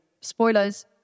spoilers